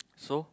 so